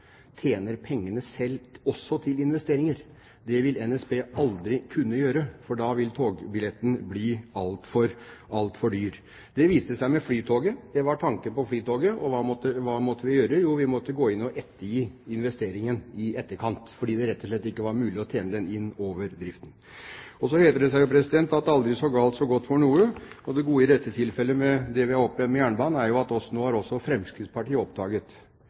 tjener pengene selv, også til investeringer. Det vil NSB aldri kunne gjøre, for da vil togbilletten bli altfor dyr. Det viste seg med Flytoget; det var tanken med Flytoget. Hva måtte vi gjøre da? Jo, vi måtte gå inn og ettergi investeringen i etterkant fordi det rett og slett ikke var mulig å tjene den inn over driften. Så heter det seg at det er aldri så galt at det ikke er godt for noe, og det gode i dette tilfellet med det vi har opplevd med jernbanen er at nå har også Fremskrittspartiet oppdaget